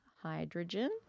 Hydrogen